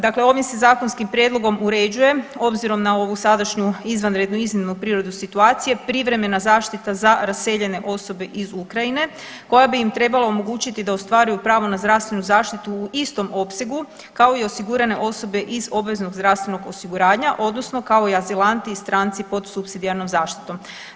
Dakle ovim se zakonskim prijedlogom uređuje obzirom na ovu sadašnju izvanrednu i iznimnu prirodu situacije privremena zaštita za raseljene osobe iz Ukrajine koja bi im trebala omogućiti da ostvaruju pravo na zdravstvenu zaštitu u istom opsegu kao i osigurane osobe iz obveznog zdravstvenog osiguranja odnosno kao i azilanti i stranci pod supsidijarnom zaštitom.